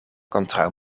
kontraŭ